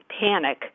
panic